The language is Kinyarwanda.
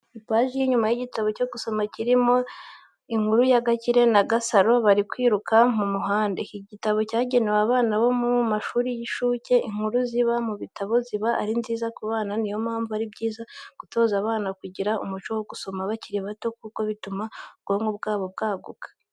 Ipaji y'inyuma y'igitabo cyo gusoma kirimo inkuru ya Gakire na Gasaro bari kwirukanya mu muhanda, ni igitabo cyagenewe abana bo mu mashuri y'inshuke inkuru ziba mu bitabo ziba ari nziza ku bana niyo mpamvu ari byiza gutoza abana kugira umuco wo gusoma bakiri bato kuko bituma ubwonko bwabo bwaguka